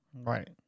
right